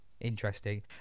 interesting